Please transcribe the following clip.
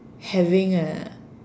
having a